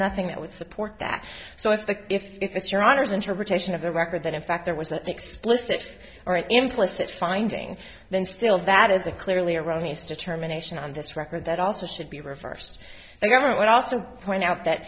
nothing that would support that so it's the if if it's your honour's interpretation of the record that in fact there was an explicit or implicit finding then still that is a clearly erroneous determination on this record that also should be reversed the government would also point out that